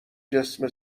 جسم